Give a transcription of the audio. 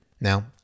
Now